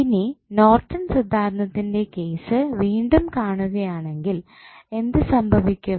ഇനി നോർട്ടൺ സിദ്ധാന്തത്തിൻ്റെ കേസ് വീണ്ടും കാണുകയാണെങ്കിൽ എന്ത് സംഭവിക്കും